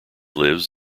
lives